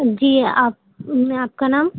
جی آپ آپ کا نام